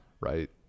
right